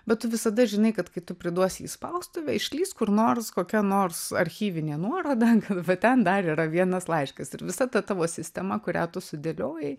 bet tu visada žinai kad kai tu priduosi į spaustuvę išlįs kur nors kokia nors archyvinė nuoroda va ten dar yra vienas laiškas ir visa ta tavo sistema kurią tu sudėliojai